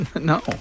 No